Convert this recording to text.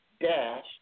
dash